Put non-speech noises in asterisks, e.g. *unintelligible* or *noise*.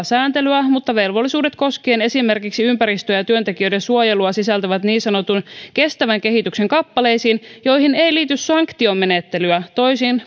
*unintelligible* sääntelyä mutta velvollisuudet koskien esimerkiksi ympäristöä ja ja työntekijöiden suojelua sisältyvät niin sanotun kestävän kehityksen kappaleisiin joihin ei liity sanktiomenettelyä toisin *unintelligible*